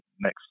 next